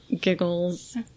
giggles